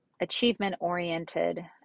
achievement-oriented